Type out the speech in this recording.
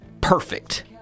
perfect